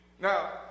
Now